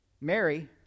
Mary